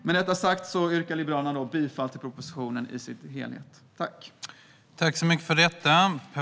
Med detta sagt yrkar jag bifall till förslaget i propositionen och därmed till utskottets förslag.